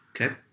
Okay